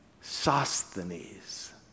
Sosthenes